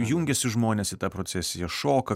jungiasi žmonės į tą procesiją šoka